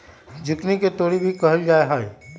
zucchini के तोरी भी कहल जाहई